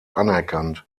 anerkannt